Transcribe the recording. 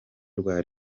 rwa